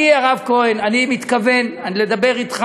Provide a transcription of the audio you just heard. אני, הרב כהן, אני מתכוון לדבר אתך,